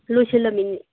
ꯂꯣꯏꯁꯤꯜꯂꯝꯃꯤꯅꯤ